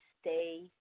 stay